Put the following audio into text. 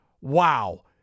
wow